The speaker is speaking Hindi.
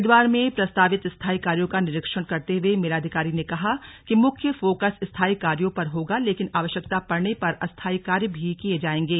हरिद्वार में प्रस्तावित स्थाई कार्यो का निरीक्षण करते हुए मेलाधिकारी ने कहा कि मुख्य फोकस स्थाई कार्यों पर होगा लेकिन आवश्यकता पड़ने पर अस्थाई कार्य भी किये जायेंगे